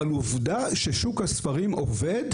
אבל עובדה ששוק הספרים עובד,